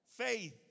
Faith